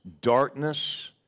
darkness